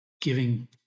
giving